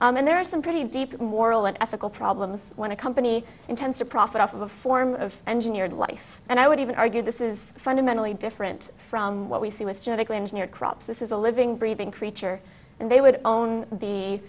nonprofit and there are some pretty deep moral and ethical problems when a company intends to profit off of a form of engineered life and i would even argue this is fundamentally different from what we see with genetically engineered crops this is a living breathing creature and they would own the